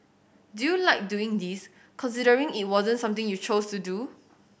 do you like doing this considering it wasn't something you chose to do